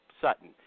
Sutton